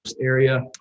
area